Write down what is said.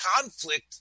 conflict